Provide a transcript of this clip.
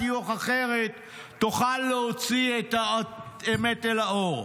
טיוח אחרת תוכל להוציא את האמת לאור.